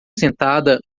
sentada